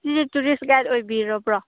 tourist guide ꯑꯣꯏꯕꯤꯔꯕ꯭ꯔꯣ